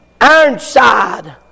Ironside